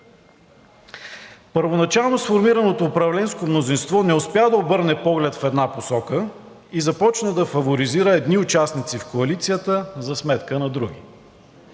първоначално сформираното управленско мнозинство не успя да обърне поглед в една посока и започна да фаворизира едни участници в коалицията за сметка на други.